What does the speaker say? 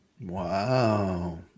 wow